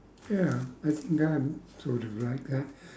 ya I think I'd sort of like that